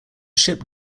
ship